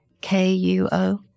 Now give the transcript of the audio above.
K-U-O